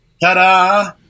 Ta-da